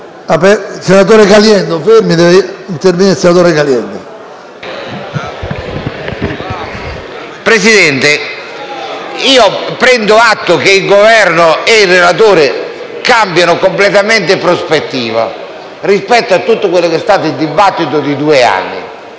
Presidente, prendo atto che il Governo e il relatore cambiano completamente prospettiva rispetto a tutto quello che è stato il dibattito di due anni.